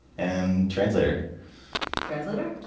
and translator translator?